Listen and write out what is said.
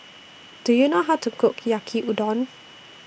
Do YOU know How to Cook Yaki Udon